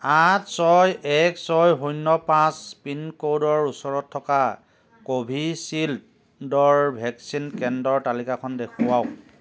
আঠ ছয় এক ছয় শূন্য পাঁচ পিনক'ডৰ ওচৰত থকা কোভিচিল্ডৰ ভেকচিন কেন্দ্ৰৰ তালিকাখন দেখুৱাওক